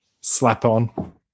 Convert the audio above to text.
slap-on